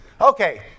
Okay